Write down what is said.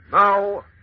now